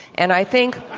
and i think